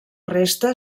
resta